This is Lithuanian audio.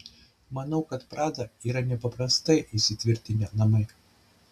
manau kad prada yra nepaprastai įsitvirtinę namai